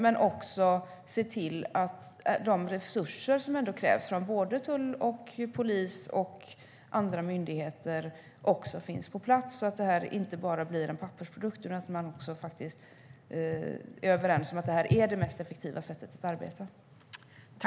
Men vi måste också se till att de resurser som ändå krävs från tull, polis och andra myndigheter finns på plats, så att detta inte bara blir en pappersprodukt utan att man faktiskt också är överens om att detta är det mest effektiva sättet att arbeta.